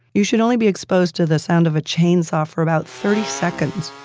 you should only be exposed to the sound of a chainsaw for about thirty seconds.